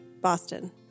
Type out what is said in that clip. Boston